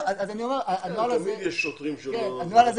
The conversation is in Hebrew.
תמיד יש שוטרים שינהגו אחרת.